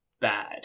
Bad